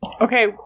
Okay